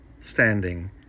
standing